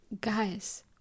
guys